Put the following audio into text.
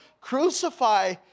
crucify